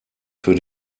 für